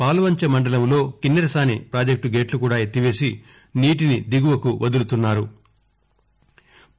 పాల్వంచ మండలంలో కిన్నెరసాని పాజెక్టు గేట్లు కూడా ఎత్తివేసి నీటిని దిగువకు వదులుతున్నారు